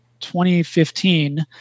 2015